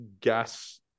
gas